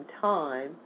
time